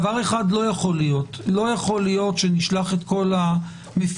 לא יכול להיות שנשלח את כל המפוקחים: